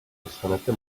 dostanete